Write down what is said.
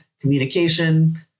communication